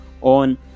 on